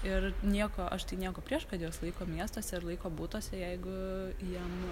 ir nieko aš tai nieko prieš kad juos laiko miestuose ar laiko butuose jeigu jiem